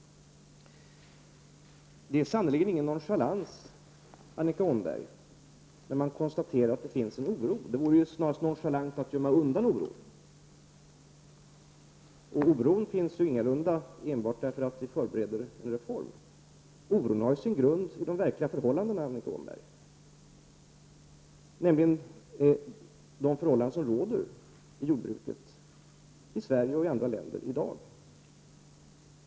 Det är sannerligen ingen nonchalans, Annika Åhnberg, när man konstaterar att det finns en oro. Det vore snarast nonchalant att gömma undan oron. Och oron finns ingalunda enbart därför att vi förbereder en reform. Oron har ju sin grund i de verkliga förhållanden, Annika Åhnberg, de förhållanden som råder i jordbruket i Sverige och i andra länder i dag.